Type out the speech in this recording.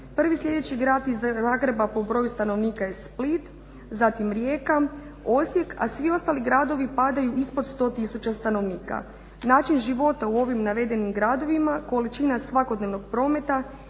Prvi sljedeći grad iza Zagreba po broju stanovnika je Split, zatim Rijeka, Osijek, a svi ostali gradovi padaju ispod 100 tisuća stanovnika. Način života u ovim navedenim gradovima, količina svakodnevnog prometa,